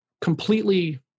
completely